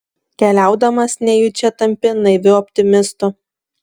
keliaudamas nejučia tampi naiviu optimistu